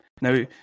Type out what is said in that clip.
Now